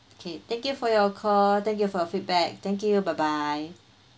okay thank you for your call thank you for your feedback thank you bye bye